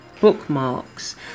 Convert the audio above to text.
bookmarks